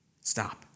Stop